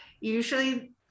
usually